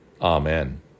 Amen